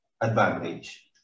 advantage